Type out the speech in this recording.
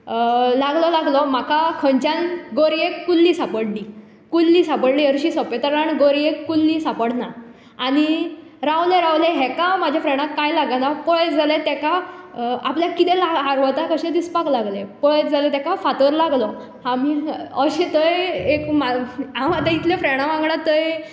लागलो लागलो म्हाका खंयच्यान गरयेक कुल्ली सापडली कुल्ली सापडली हरशीं सोपेतलान गरयेक कुल्ली सापडना आनी रावले रावले हाका म्हज्या फ्रेंडाक काय लागना पळयत जाल्यार ताका आपल्याक कितें फारवतां कशें दिसपाक लागलें पळयत जाल्यार ताका फातर लागलो आमी अशें थंय हांव इतले फ्रेंडा वांगडा थंय